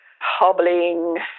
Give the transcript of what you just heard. hobbling